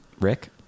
Rick